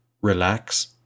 relax